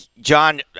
John